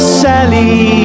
sally